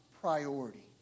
priority